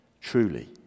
truly